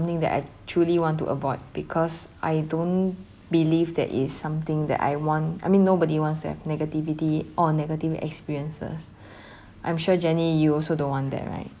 something that I truly want to avoid because I don't believe that it's something that I want I mean nobody wants to have negativity or negative experiences I'm sure jennie you also don't want that right